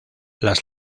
las